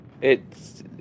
It's-